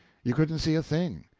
you couldn't see a thing,